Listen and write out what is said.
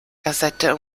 kassette